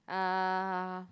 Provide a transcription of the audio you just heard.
uh